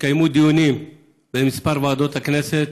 התקיימו דיונים בכמה ועדות הכנסת,